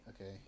Okay